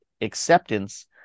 acceptance